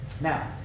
Now